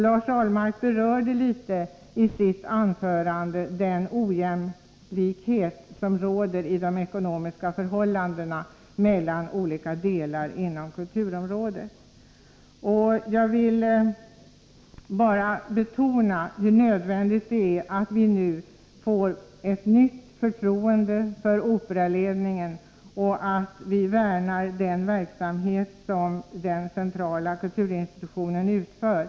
Lars Ahlmark berörde i sitt anförande något den ojämlikhet som råder mellan olika delar av kulturområdet i fråga om de ekonomiska förhållandena. Jag vill betona hur nödvändigt det är att vi nu får ett nytt förtroende för Operaledningen och att vi värnar om den verksamhet som denna centrala kulturinstitution utför.